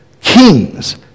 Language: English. kings